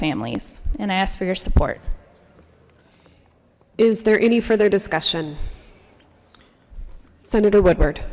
families and i ask for your support is there any further discussion senator woodward